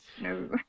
No